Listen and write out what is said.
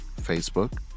Facebook